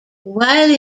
while